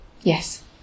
Yes